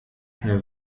herr